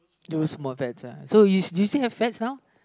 lose more fats uh so you you still have fats now